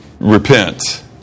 repent